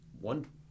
one